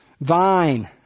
vine